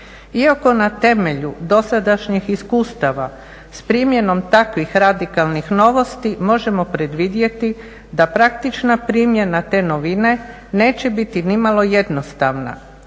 Iako na temelju dosadašnjih iskustava s primjenom takvih radikalnih novosti možemo predvidjeti da praktična primjena te novine neće biti ni malo jednostavna.